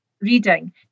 reading